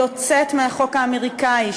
יוצאת מהחוק האמריקני,